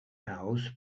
house